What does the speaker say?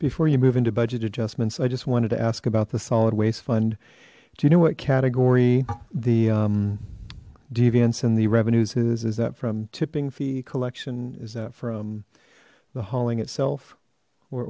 before you move into budget adjustments i just wanted to ask about the solid waste fund do you know what category the deviants and the revenues is is that from tipping fee collection is that from the hauling itself or